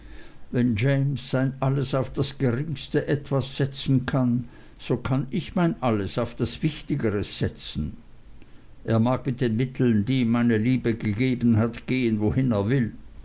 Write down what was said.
james sein alles auf das geringste etwas setzen kann so kann ich mein alles auf wichtigeres setzen er mag mit den mitteln die ihm meine liebe gegeben hat gehen wohin er will